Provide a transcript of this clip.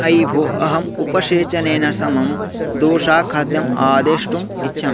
I भोः अहम् उपसेचनेन समं दोशाखाद्यम् आदेष्टुम् इच्छामि